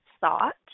thought